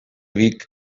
vic